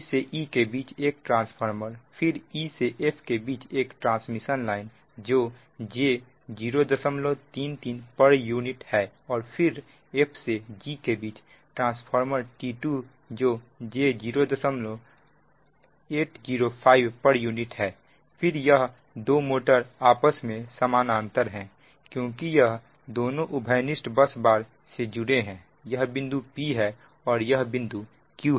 d से e के बीच एक ट्रांसफार्मर फिर e से f के बीच एक ट्रांसमिशन लाइन जो j033 pu है और फिर f से g के बीच ट्रांसफार्मर T 2 जो j0805 pu है फिर यह दो मोटर आपस में समानांतर हैं क्योंकि यह दोनों उभयनिष्ठ बस बार से जुड़े हैं यह बिंदु p और यह बिंदु q है